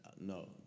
No